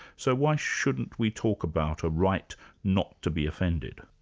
so why shouldn't we talk about a right not to be offended?